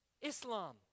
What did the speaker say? Islam